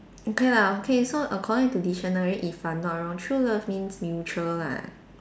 okay lah okay so according to dictionary if I'm not wrong true love means mutual lah